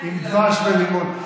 הינה, עם דבש ולימון.